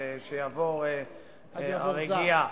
שיעבור רגיעה.